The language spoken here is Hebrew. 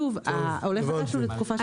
שוב, עולה חדש הוא לתקופה של חמש שנים.